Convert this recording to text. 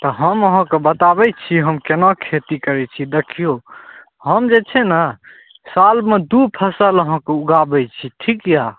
तऽ हम अहाँके बताबय छी हम केना खेती करय छी देखियौ हम जे छै ने सालमे दू फसल अहाँके उगाबय छी ठीक यऽ